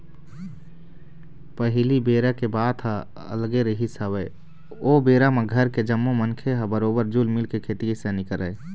पहिली बेरा के बात ह अलगे रिहिस हवय ओ बेरा म घर के जम्मो मनखे मन ह बरोबर जुल मिलके खेती किसानी करय